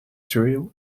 thrill